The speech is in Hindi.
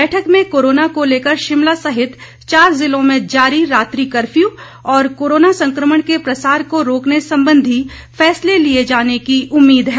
बैठक में कोरोना को लेकर शिमला सहित चार जिलों में जारी रात्रि कर्फ्यू और कोरोना संक्रमण के प्रसार को रोकने सम्बंधी फैसले लिये जाने की उम्मीद है